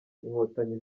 inkotanyi